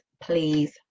please